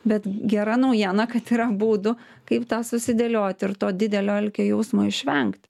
bet gera naujiena kad yra būdų kaip tą susidėlioti ir to didelio alkio jausmo išvengti